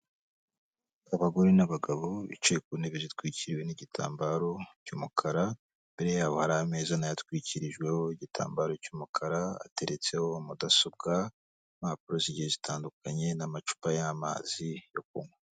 Abagore n'abagabo bicaye ku ntebe zitwikiriwe n'igitambaro cy'umukara, imbere yabo hari ameza nayo atwikirijweho igitambaro cy'umukara ateretseho mudasobwa, impapuro zigiye zitandukanye n'amacupa y'amazi yo kunywa.